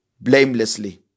blamelessly